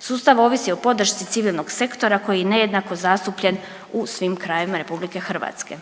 Sustav ovisi o podršci civilnog sektora koji je nejednako zastupljen u svim krajevima u RH.